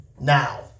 now